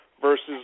versus